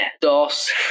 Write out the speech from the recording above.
dos